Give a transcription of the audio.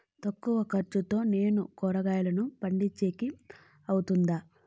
తక్కువ ఖర్చుతో నేను కూరగాయలను పండించేకి అవుతుందా?